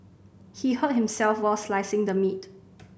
he hurt himself while slicing the meat